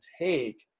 take